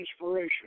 inspiration